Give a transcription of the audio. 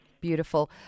Beautiful